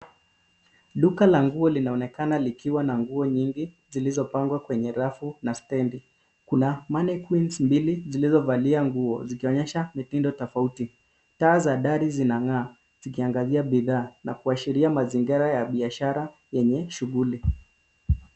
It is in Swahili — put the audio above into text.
Duka la nguo linaonekana likiwa na nguo nyingi zilizopangwa kwenye rafu na stendi kuna Mannequins mbili zilizo valia nguo zikionyesha mitindo tofauti. Taa za dari zinangaa zikiangazia bidhaa na kuashiria mazingara ya biashara yenye shughuli.